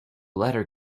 letter